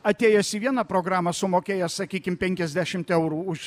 atėjęs į vieną programą sumokėjęs sakykim penkiasdešimt eurų už